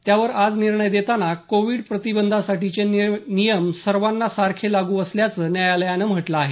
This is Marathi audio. त्यावर आज निर्णय देताना कोविड प्रतिबंधासाठीचे नियम सर्वांना सारखे लाग असल्याचं न्यायालयानं म्हटलं आहे